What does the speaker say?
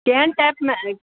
केहन टाइपमे अछि